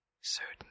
certain